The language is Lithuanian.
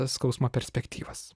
skausmo perspektyvas